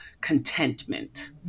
contentment